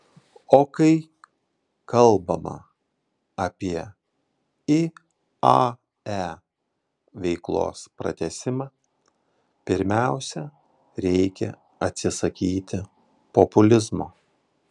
o kai kalbama apie iae veiklos pratęsimą pirmiausia reikia atsisakyti populizmo